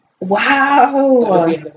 Wow